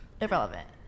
Irrelevant